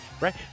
Right